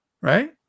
right